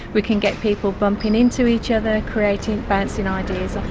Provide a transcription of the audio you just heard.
we can get people bumping into each other, creating, bouncing ideas off